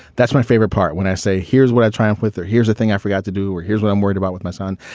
that's my favorite part. when i say here's where i triumph with or here's the thing i forgot to do or here's what i'm worried about with my son.